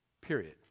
Period